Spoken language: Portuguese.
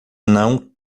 não